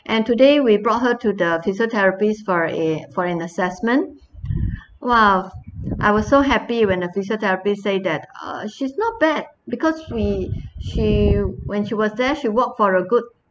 and today we brought her to the physiotherapist for a for an assessment !wah! I was so happy when the physiotherapist say that uh she's not bad because we she when she was there she work for a good